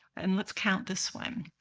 and let's count this one.